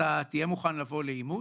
אתה תהיה מוכן לבוא לעימות?